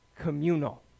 communal